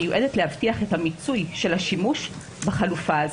מיועדת להבטיח את המיצוי של השימוש בחלופה הזאת.